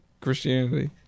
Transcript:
Christianity